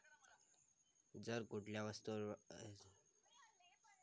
जर कुठल्या वस्तूवर विनाकारण टॅक्स लावलो असात तर तेका न भरून पण तू आपलो विरोध दाखवू शकतंस